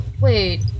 Wait